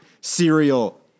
Cereal